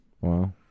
Wow